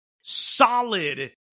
solid